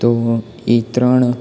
તો ઈ ત્રણ